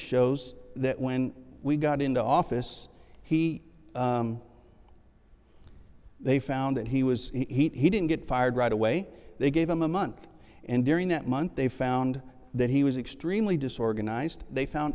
shows that when we got into office he they found that he was he didn't get fired right away they gave him a month and during that month they found that he was extremely disorganized they found